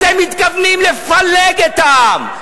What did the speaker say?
אתם מתכוונים לפלג את העם.